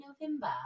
November